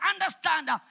understand